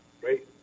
Great